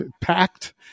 packed